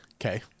Okay